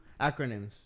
acronyms